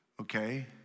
okay